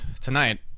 tonight